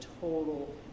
total